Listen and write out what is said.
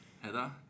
Heather